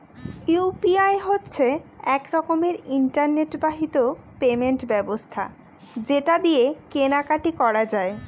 UPI হচ্ছে এক রকমের ইন্টারনেট বাহিত পেমেন্ট ব্যবস্থা যেটা দিয়ে কেনা কাটি করা যায়